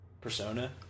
persona